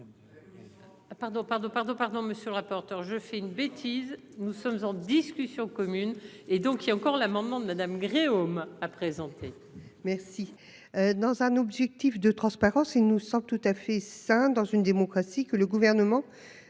pardon pardon pardon, pardon monsieur le rapporteur. Je fais une bêtise. Nous sommes en discussion commune et donc il y a encore l'amendement de madame Gréaume a présenté. Merci. Dans un objectif de transparence, il nous sommes tout à fait sain dans une démocratie, que le gouvernement